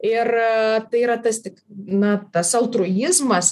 ir tai yra tas tik na tas altruizmas